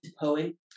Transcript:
poem